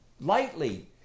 lightly